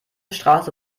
straße